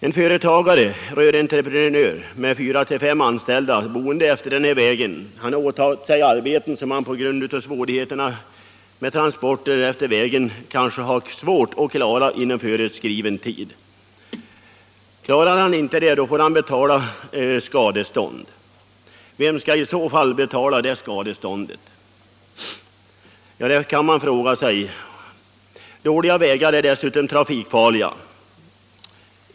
En företagare, rörentreprenör, med fyra-fem anställda boende efter den här vägen har åtagit sig arbeten som han på grund av svårigheterna med transport utefter vägen kan ha svårt att fullgöra i föreskriven tid. Klarar han det inte får han betala skadestånd. Vem skall i så fall betala detta skadestånd? Det kan man fråga sig. Dåliga vägar är dessutom trafikfarliga.